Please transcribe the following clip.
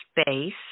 space